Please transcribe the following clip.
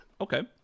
Okay